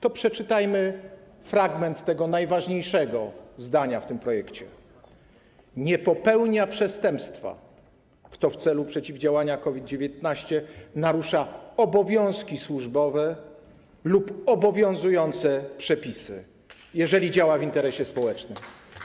To przeczytajmy fragment najważniejszego zdania w tym projekcie: nie popełnia przestępstwa, kto w celu przeciwdziałania COVID-19 narusza obowiązki służbowe lub obowiązujące przepisy, jeżeli działa w interesie społecznym.